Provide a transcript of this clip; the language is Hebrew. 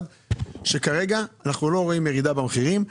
והוא שכרגע אנחנו לא רואים ירידה במחירים,